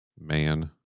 man